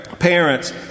parents